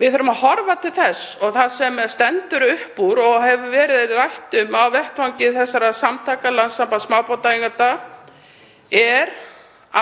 Við þurfum að horfa til þess. Það sem stendur upp úr og hefur verið rætt á vettvangi þessara samtaka, Landssambands smábátaeigenda, er